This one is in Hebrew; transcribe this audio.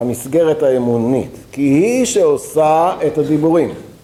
המסגרת האמונית, כי היא שעושה את הדיבורים.